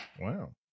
Wow